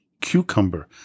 cucumber